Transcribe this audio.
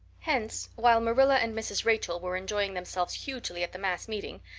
hence, while marilla and mrs. rachel were enjoying themselves hugely at the mass meeting,